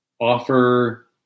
offer